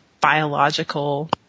biological